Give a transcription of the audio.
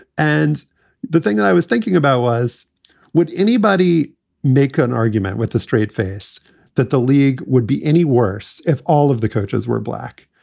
and the thing that i was thinking about was would anybody make an argument with a straight face that the league would be any worse if all of the coaches were black?